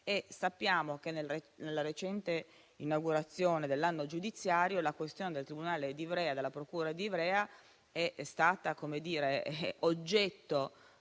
Sappiamo che, nella recente inaugurazione dell'anno giudiziario, la questione del tribunale e della procura di Ivrea è stata oggetto